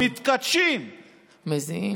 עוד מתכתשים, מזיעים.